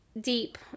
deep